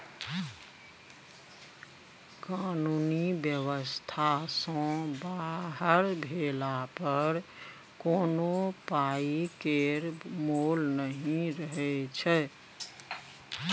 कानुनी बेबस्था सँ बाहर भेला पर कोनो पाइ केर मोल नहि रहय छै